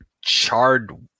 charred